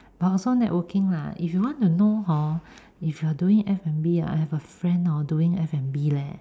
but also networking lah if you want to know hor if you're doing F_N_B I have a friend hor doing F-and-B leh